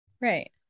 right